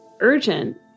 urgent